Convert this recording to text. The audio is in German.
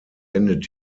endet